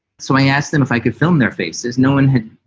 so i asked them if i could film their faces. no one had